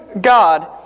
God